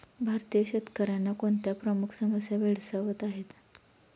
भारतीय शेतकऱ्यांना कोणत्या प्रमुख समस्या भेडसावत आहेत?